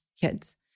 kids